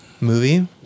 Movie